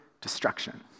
destruction